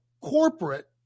corporate